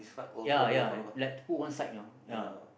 ya ya like put one side you know ya